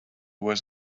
was